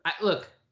Look